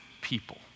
people